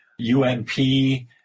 UNP